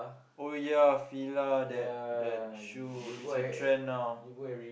oh yeah Fila that that shoe is a trend now